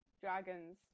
Dragons